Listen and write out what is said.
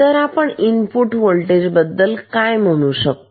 तर आपण input voltage बद्दल काय म्हणू शकतो